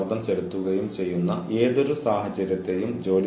കൂടാതെ തീർച്ചയായും നമുക്ക് രേഖകൾ സൂക്ഷിക്കേണ്ടതുണ്ട്